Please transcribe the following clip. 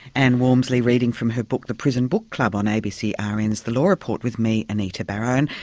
ann walmsley reading from her book the prison book club on abc ah rn's the law report with me, anita barraud.